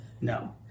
no